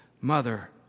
mother